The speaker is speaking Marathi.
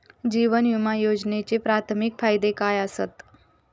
जीवन विमा योजनेचे प्राथमिक फायदे काय आसत?